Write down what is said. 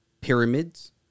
pyramids